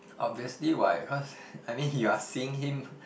obviously what cause I mean you are seeing him